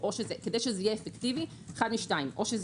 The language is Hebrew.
כדי שיהיה אפקטיבי אתה יכול לבחור אחד משנים או שזה